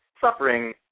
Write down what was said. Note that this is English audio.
suffering